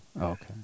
Okay